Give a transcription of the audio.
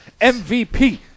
MVP